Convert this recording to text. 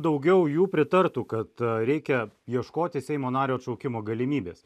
daugiau jų pritartų kad reikia ieškoti seimo nario atšaukimo galimybės